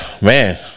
man